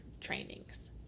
trainings